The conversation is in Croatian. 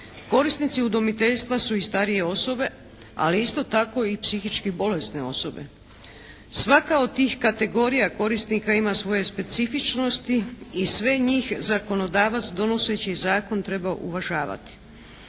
Korisnici udomiteljstva su i starije osobe ali isto tako i psihički bolesne osobe. Svaka od tih kategorija korisnika ima svoje specifičnosti i sve njih zakonodavac donoseći zakon treba uvažavati.